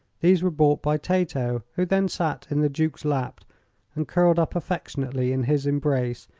these were brought by tato, who then sat in the duke's lap and curled up affectionately in his embrace,